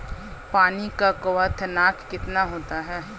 पानी का क्वथनांक कितना होता है?